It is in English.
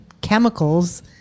chemicals